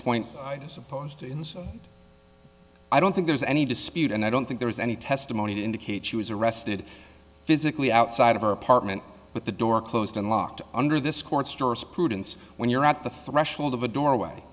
i'd as opposed to ins i don't think there's any dispute and i don't think there is any testimony to indicate she was arrested physically outside of our apartment with the door closed and locked under this court's jurisprudence when you're at the threshold of a doorway